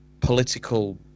political